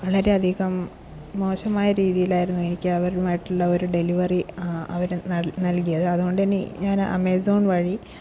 വളരെ അധികം മോശമായ രീതിയിലായിരുന്നു എനിക്കവരുമായിട്ടുള്ള ഒരു ഡെലിവറി അവര് നൽ നൽകിയത് അതുകൊണ്ട് തന്നെ ഞാന് ആമസോൺ വഴി